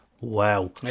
wow